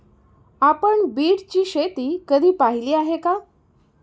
आपण बीटची शेती कधी पाहिली आहे का?